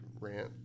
rant